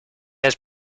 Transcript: has